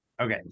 Okay